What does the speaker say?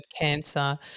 cancer